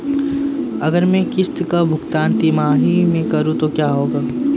अगर मैं किश्त का भुगतान तिमाही में करूं तो क्या होगा?